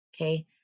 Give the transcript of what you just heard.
Okay